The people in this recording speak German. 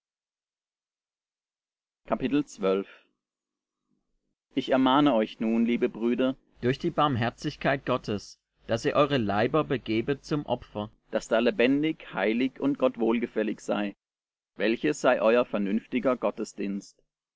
ich ermahne euch nun liebe brüder durch die barmherzigkeit gottes daß ihr eure leiber begebet zum opfer das da lebendig heilig und gott wohlgefällig sei welches sei euer vernünftiger